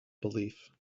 belief